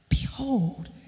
Behold